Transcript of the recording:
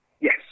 Yes